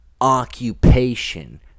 occupation